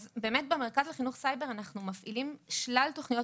אז באמת במרכז לחינוך סייבר אנחנו מפעילים שלל תוכניות